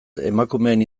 emakumeen